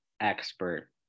expert